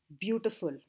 Beautiful